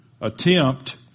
attempt